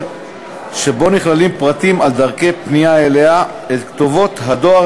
שבו נכללים פרטים על דרכי פנייה אליה את כתובות הדואר